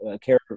care